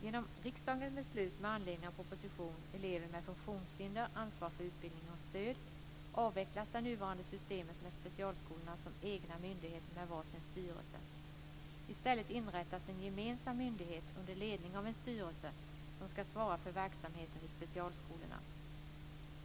Genom riksdagens beslut med anledning av propositionen Elever med funktionshinder - ansvar för utbildning och stöd avvecklas det nuvarande systemet med specialskolorna som egna myndigheter med var sin styrelse. I stället inrättas en gemensam myndighet, under ledning av en styrelse, som ska svara för verksamheten vid specialskolorna.